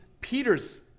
Peter's